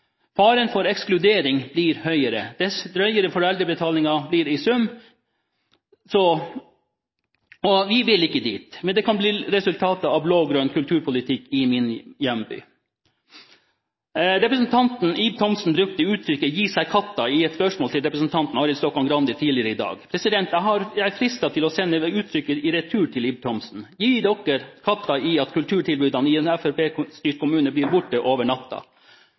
Faren for ekskludering blir høyere dess drøyere foreldrebetalingen blir i sum. Vi vil ikke dit, men det kan bli resultatet av blå-grønn kulturpolitikk i min hjemby. Representanten Ib Thomsen brukte uttrykket «bryr seg katta» i et spørsmål til representanten Arild Stokkan-Grande tidligere i dag. Jeg er fristet til å sende uttrykket i retur til Ib Thomsen. Bryr dere dere katta om at kulturtilbudene i en fremskrittspartistyrt kommune blir borte over natta?